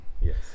yes